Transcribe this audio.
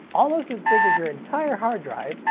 almost as big as your entire hard drive,